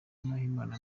nahimana